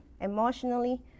emotionally